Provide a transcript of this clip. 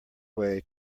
way